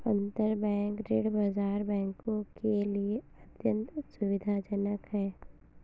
अंतरबैंक ऋण बाजार बैंकों के लिए अत्यंत सुविधाजनक है